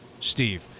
Steve